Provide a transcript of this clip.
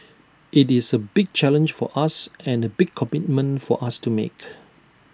IT is A big challenge for us and A big commitment for us to make